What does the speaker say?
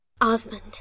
Osmond